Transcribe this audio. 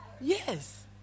Yes